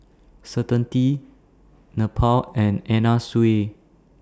Certainty Snapple and Anna Sui